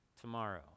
Tomorrow